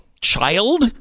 child